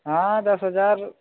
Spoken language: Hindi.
हाँ दस हज़ार